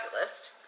list